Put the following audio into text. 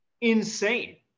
insane